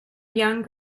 young